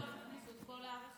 בסוף הכניסו את כל הערכים,